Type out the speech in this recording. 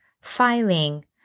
filing